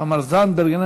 תמר זנדברג,